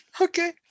Okay